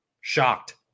Shocked